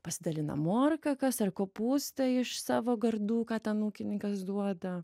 pasidalina morką kas ar kopūstą iš savo gardų ką ten ūkininkas duoda